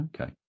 Okay